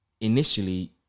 initially